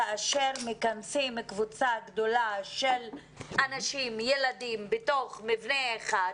כאשר מכנסים קבוצה גדולה של אנשים וילדים בתוך מבנה אחד,